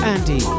Andy